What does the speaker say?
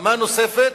מלחמה נוספת,